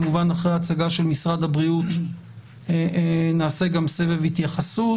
כמובן אחרי ההצגה של משרד הבריאות נעשה גם סבב התייחסות,